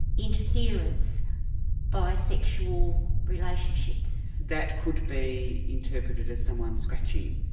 interference by sexual relationships. that could be interpreted as someone scratching,